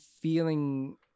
feeling